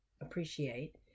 appreciate